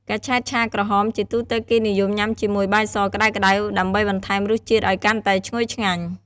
កញ្ឆែតឆាក្រហម ជាទូទៅគេនិយមញ៉ាំជាមួយ បាយស ក្តៅៗ ដើម្បីបន្ថែមរសជាតិឲ្យកាន់តែឈ្ងុយឆ្ងាញ់។